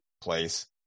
place